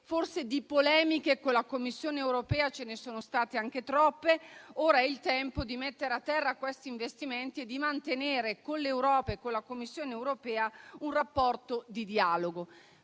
Forse di polemiche con la Commissione europea ce ne sono state anche troppe: ora è il tempo di mettere a terra questi investimenti e di mantenere con l'Europa e con la Commissione europea un rapporto di dialogo.